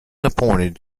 appointed